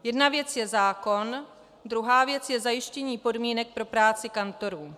Jedna věc je zákon, druhá věc je zajištění podmínek pro práci kantorů.